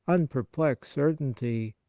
unperplexed certainty,